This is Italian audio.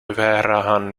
vehrehan